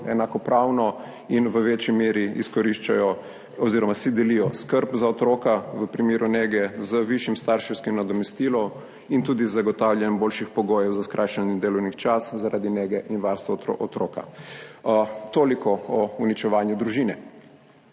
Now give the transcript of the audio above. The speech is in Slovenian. si lahko sedaj starši otrok bolj enakopravno delijo skrb za otroka v primeru nege z višjim starševskim nadomestilom in tudi z zagotavljanjem boljših pogojev za skrajšani delovni čas zaradi nege in varstva otroka. Toliko o uničevanju družine.